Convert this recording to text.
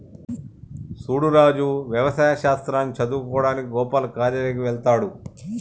సూడు రాజు యవసాయ శాస్త్రాన్ని సదువువుకోడానికి గోపాల్ కాలేజ్ కి వెళ్త్లాడు